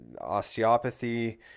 osteopathy